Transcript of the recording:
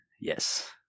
Yes